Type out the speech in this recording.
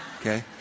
Okay